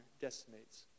decimates